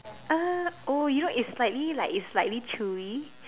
uh oh you know it's slightly like it's slightly chewy